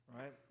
right